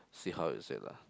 see how is it lah